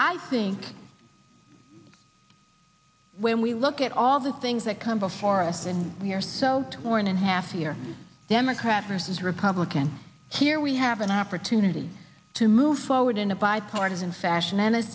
i think when we look at all the things that come before us when we're so torn in half here democrat versus republican here we have an opportunity to move forward in a bipartisan fashion